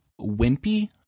wimpy